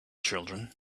children